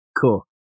Cool